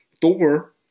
Thor